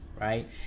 right